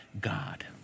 God